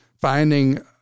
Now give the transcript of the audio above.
finding